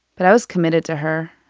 but i was committed to her.